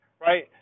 right